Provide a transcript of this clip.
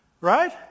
Right